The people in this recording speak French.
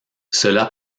cela